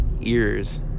ears